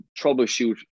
troubleshoot